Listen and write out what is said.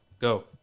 go